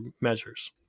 measures